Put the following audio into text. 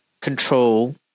control